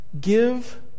Give